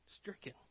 stricken